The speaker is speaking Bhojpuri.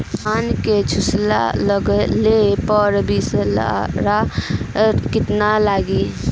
धान के झुलसा लगले पर विलेस्टरा कितना लागी?